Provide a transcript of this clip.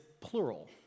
plural